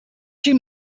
you